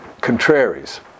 contraries